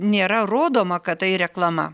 nėra rodoma kad tai reklama